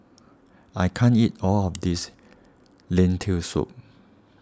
I can't eat all of this Lentil Soup